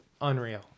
unreal